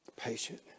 Patient